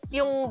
yung